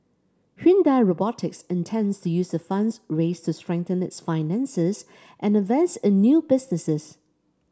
Hyundai Robotics intends to use the funds raised to strengthen its finances and invest in new businesses